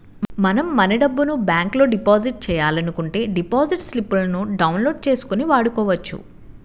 మనం మన డబ్బును బ్యాంకులో డిపాజిట్ చేయాలనుకుంటే డిపాజిట్ స్లిపులను డౌన్ లోడ్ చేసుకొని వాడుకోవచ్చు